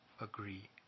agree